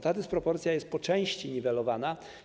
Ta dysproporcja jest po części niwelowana.